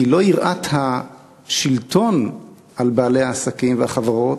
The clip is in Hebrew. כי לא יראת השלטון על בעלי העסקים והחברות,